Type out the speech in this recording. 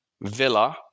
Villa